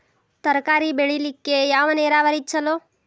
ತರಕಾರಿ ಬೆಳಿಲಿಕ್ಕ ಯಾವ ನೇರಾವರಿ ಛಲೋ?